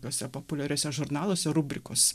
tuose populiariuose žurnaluose rubrikos